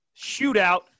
shootout